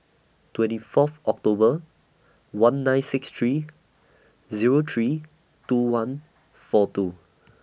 twenty Fourth October one nine six three Zero three two one four two